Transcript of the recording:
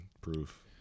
proof